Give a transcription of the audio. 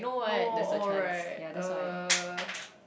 no oh right uh